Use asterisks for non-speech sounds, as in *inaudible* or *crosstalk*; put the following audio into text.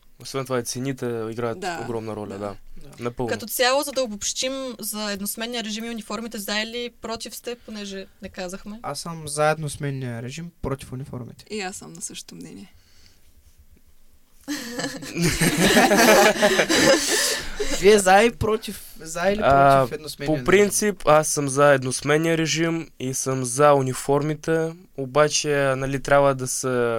Освен това, и цените играят Да. огромна роля, да. Да. Напълно. Като цяло, за да обобщим, за едносменния режим и униформите, за или против сте, понеже не казахме? Аз съм за едносменния режим, против униформите. И аз съм на същото мнение. *laughs* *laughs* Вие за и против- за или против А, едносменния по режим? принцип, аз съм за едносменния режим и съм за униформите, обаче, нали, трябва да се-